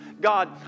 God